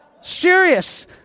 Serious